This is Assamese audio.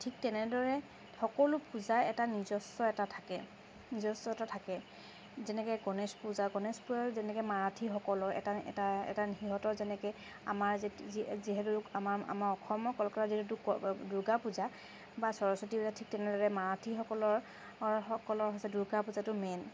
ঠিক তেনেদৰে সকলো পূজাই এটা নিজস্ব এটা থাকে নিজস্বতা থাকে যেনেকৈ গণেশ পূজা গণেশ পূজা যেনেকৈ মাৰাঠিসকলৰ এটা এটা সিহঁতৰ যেনেকৈ আমাৰ যি যি যিহেতু আমাৰ অসমৰ কলকাতাএ যিটো দূৰ্গা পূজা বা সৰস্বতী পূজা ঠিক সেনেদৰে মাৰাঠিসকলৰ হৈছে দূৰ্গা পূজাটো মেইন